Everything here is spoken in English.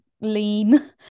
lean